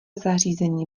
zařízení